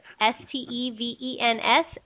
S-T-E-V-E-N-S